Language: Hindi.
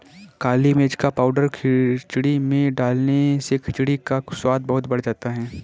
काली मिर्च का पाउडर खिचड़ी में डालने से खिचड़ी का स्वाद बहुत बढ़ जाता है